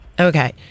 Okay